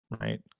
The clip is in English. right